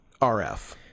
RF